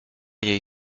jej